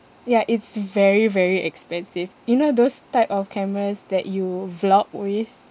ya it's very very expensive you know those type of cameras that you vlog with